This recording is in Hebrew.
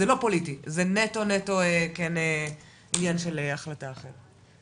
זה לא פוליטי, זה נטו, נטו עניין של החלטה אחרת.